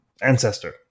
ancestor